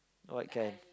what kind